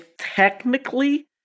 technically